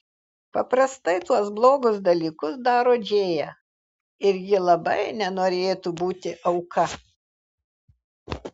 paprastai tuos blogus dalykus daro džėja ir ji labai nenorėtų būti auka